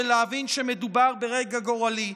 ולהבין שמדובר ברגע גורלי.